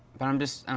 but, i'm just, i